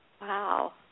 Wow